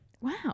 wow